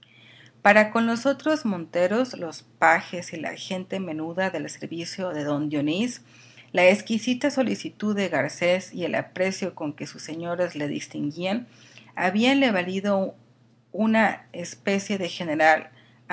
para con los otros monteros los pajes y la gente menuda del servicio de don dionís la exquisita solicitud de garcés y el aprecio con que sus señores le distinguían habíanle valido una especio de general